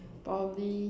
probably